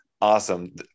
awesome